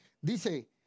Dice